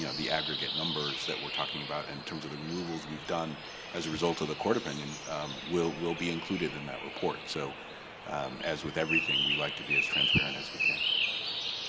you know the aggregate numbers that we're talking about in terms of the removals we've done as a result of the court opinion will will be included in that report. so as with everything, we like to be as transparent as we